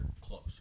close